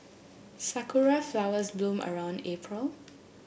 sakura flowers bloom around April